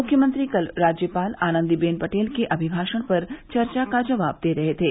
मुख्यमंत्री कल राज्यपाल आनन्दीबेन पटेल के अभिमाषण पर चर्चा का जवाब दे रहे थे